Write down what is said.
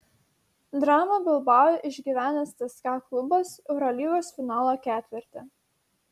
dramą bilbao išgyvenęs cska klubas eurolygos finalo ketverte